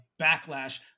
backlash